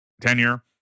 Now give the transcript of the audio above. tenure